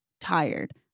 tired